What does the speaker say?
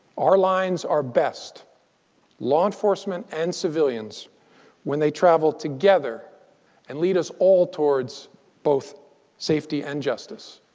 our lines are best law enforcement and civilians when they travel together and lead us all towards both safety and justice.